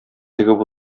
тегеп